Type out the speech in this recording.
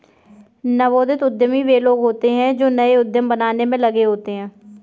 नवोदित उद्यमी वे लोग होते हैं जो नए उद्यम बनाने में लगे होते हैं